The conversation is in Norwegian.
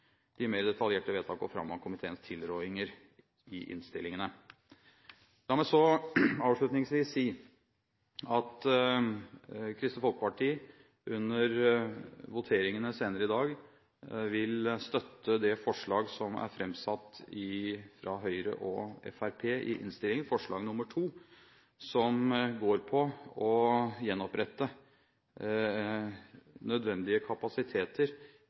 De mer detaljerte vedtak går fram av komiteens tilrådinger i innstillingene. La meg så avslutningsvis si at Kristelig Folkeparti under voteringene senere i dag vil støtte det forslag som er framsatt av Høyre og Fremskrittspartiet i Innst. 7 S, forslag nr. 2, som går på å gjenopprette nødvendige kapasiteter